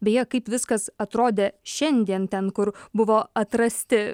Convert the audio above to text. beje kaip viskas atrodė šiandien ten kur buvo atrasti